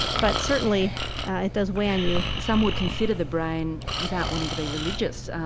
but certainly it does weigh on you. some would consider the brain, without wanting to be religious,